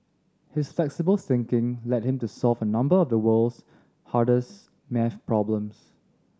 his flexible thinking led him to solve a number of the world's hardest maths problems